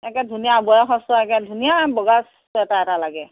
একে ধুনীয়া বয়সস্থ একে ধুনীয়া বগা চুৱেটাৰ এটা লাগে